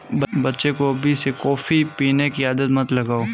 बच्चे को अभी से कॉफी पीने की आदत मत लगाओ